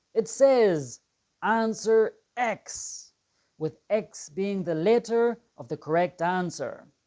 it says answer x with x being the letter of the correct answer.